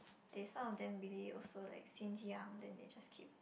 they some of them really also like since young then they just keep